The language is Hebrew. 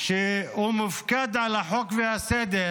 שמופקד על החוק והסדר,